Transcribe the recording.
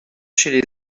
chez